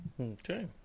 Okay